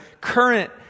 current